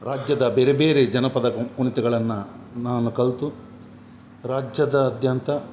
ರಾಜ್ಯದ ಬೇರೆ ಬೇರೆ ಜನಪದ ಕುಣಿತಗಳನ್ನು ನಾನು ಕಲಿತು ರಾಜ್ಯದಾದ್ಯಂತ